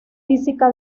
física